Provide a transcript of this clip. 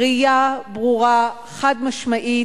ראייה ברורה, חד-משמעית,